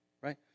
Right